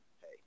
hey